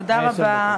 תודה רבה.